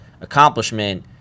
accomplishment